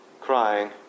crying